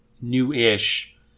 new-ish